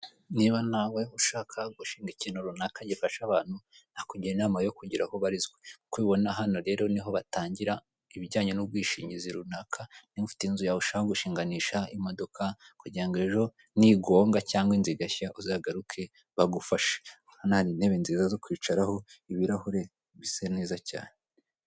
Niba nawe ushaka gushinga ikintu runaka gifasha abantu, nakugira inama yo kugira aho ubarizwa, nk'uko ubibona hano rero niho batangira ibijyanye n'ubwishingizi runaka, niba ufite inzu yawe ushaka gushinganisha, imodoka kugira ngo ejo nigonga cyangwa inzu igashya uzagaruke bagufashe, urabona hari intebe nziza zo kwicaraho, ibirahure bisa neza cyane.